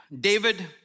David